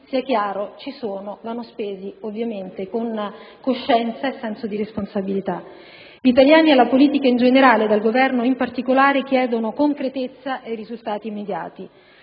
sia chiaro, ci sono; vanno spesi ovviamente con coscienza e senso di responsabilità. Gli italiani, dalla politica in generale e dal Governo in particolare, chiedono concretezza e risultati immediati.